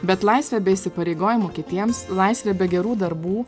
bet laisvė be įsipareigojimų kitiems laisvė be gerų darbų